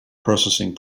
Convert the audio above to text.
processing